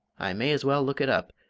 i may as well look it up,